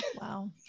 Wow